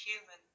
human